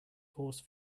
force